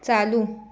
चालू